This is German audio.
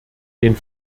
den